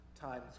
times